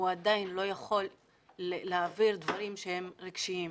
הוא עדיין לא יכול להעביר דברים שהם רגשיים.